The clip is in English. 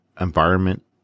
environment